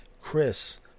Chris